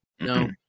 No